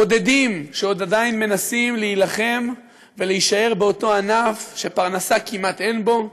בודדים שעדיין מנסים להילחם ולהישאר באותו ענף שפרנסה כמעט אין בו,